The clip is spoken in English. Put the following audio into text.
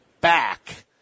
back